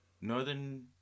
Northern